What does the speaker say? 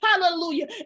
hallelujah